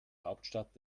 hauptstadt